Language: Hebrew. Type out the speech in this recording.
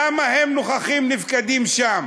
למה הם נוכחים-נפקדים שם?